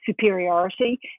superiority